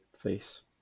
face